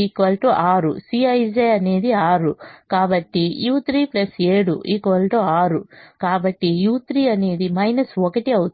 6 Cij అనేది 6 కాబట్టి u3 7 6 కాబట్టి u3 అనేది 1 అవుతుంది